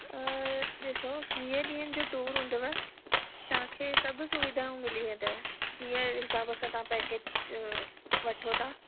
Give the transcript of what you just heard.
ॾिसो वीह ॾींहंनि जो टुर हूंदव तव्हां खे सभु सुविधाऊं मिली वेंदव जीअं हिसाब सां तव्हां पेकेज वठो था